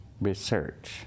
research